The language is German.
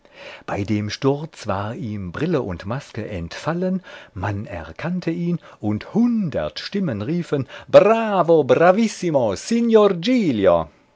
bei dem sturz war ihm brille und maske entfallen man erkannte ihn und hundert stimmen riefen bravo bravissimo